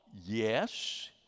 Yes